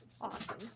Awesome